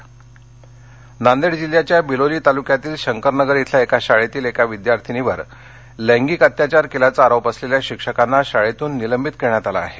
रास्ता रोको नांदेड नांदेड जिल्ह्यांच्या बिलोली तालुक्यातील शंकरनगर बिल्या एका शाळेतील एका विद्यार्थिनीवर लैगिंक अत्याचार केल्याचा आरोप असलेल्या शिक्षकांना शाळेतून निलंबित करण्यात आलं आहे